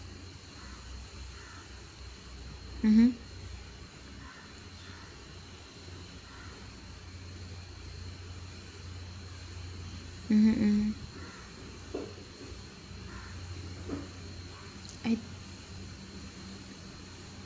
mmhmm mmhmm mmhmm I